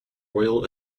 royal